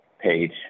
page